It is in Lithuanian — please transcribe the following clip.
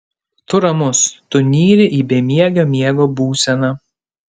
tu ramus tu nyri į bemiegio miego būseną